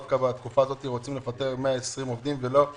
רוצים לפטר 120 עובדים ולאו